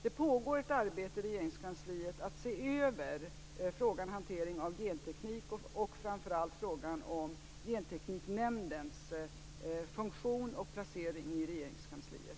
Det pågår ett arbete i Regeringskansliet med att se över frågan om hantering av genteknik och framför allt frågan om Gentekniknämndens funktion och placering i Regeringskansliet.